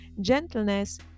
gentleness